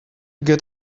get